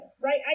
right